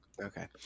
Okay